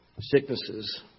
sicknesses